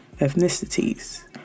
ethnicities